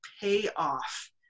payoff